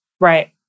Right